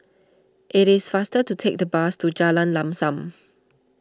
it is faster to take the bus to Jalan Lam Sam